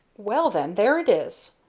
well, then, there it is.